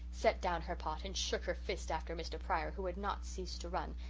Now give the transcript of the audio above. set down her pot, and shook her fist after mr. pryor, who had not ceased to run,